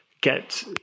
get